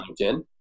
LinkedIn